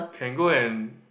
can go and